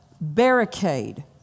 barricade